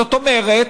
זאת אומרת,